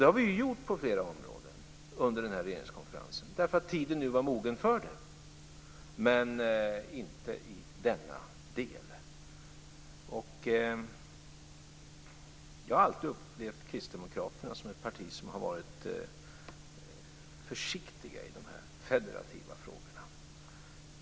Det har vi gjort på flera områden under den här regeringskonferensen därför att tiden nu var mogen för det, men inte i denna del. Jag har alltid upplevt Kristdemokraterna som ett parti som har varit försiktigt i de federativa frågorna.